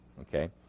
Okay